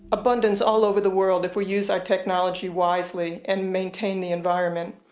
abundance all over the world if we use our technology wisely and maintain the environment.